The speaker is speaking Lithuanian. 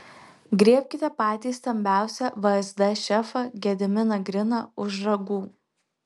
griebkite patį stambiausią vsd šefą gediminą griną už ragų